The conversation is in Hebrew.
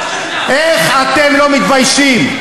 איך אתם לא מתביישים?